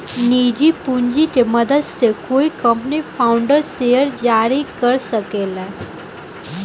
निजी पूंजी के मदद से कोई कंपनी फाउंडर्स शेयर जारी कर सके ले